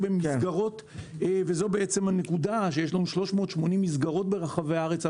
יש לנו 380 מסגרות ברחבי הארץ,